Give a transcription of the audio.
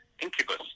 incubus